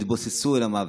והם התבוססו, אל המוות.